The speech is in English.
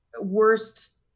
worst